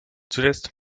zuletzt